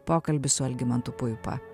pokalbis su algimantu puipa